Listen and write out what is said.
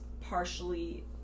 partially